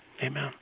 Amen